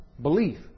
belief